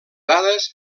dades